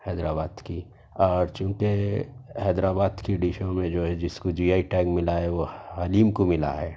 حیدر آباد کی اور چونکہ حیدرآباد کی ڈشوں میں جو ہے جس کو جی آئی ٹیگ ملا ہے وہ حلیم کو ملا ہے